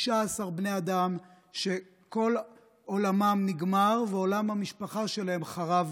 16 בני אדם שכל עולמם נגמר ועולם המשפחה שלהם חרב.